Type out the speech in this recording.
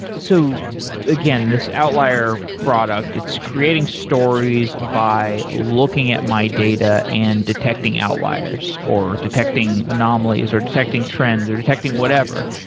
so again, this outlier product, it's creating stories by looking at my data and detecting outliers, or detecting anomalies, anomalies, or detecting trends, or detecting whatever.